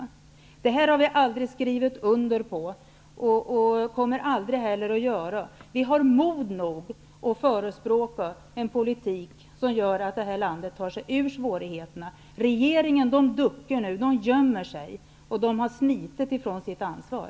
Vi har aldrig skrivit under på detta, och det kommer vi heller aldrig att göra. Vi har tillräckligt med mod för att våga förespråka en politik som medverkar till att landet tar sig ur svårigheterna. Men regeringen duckar. Man gömmer sig, och man har smitit från sitt ansvar.